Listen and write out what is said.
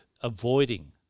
avoiding